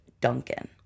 Duncan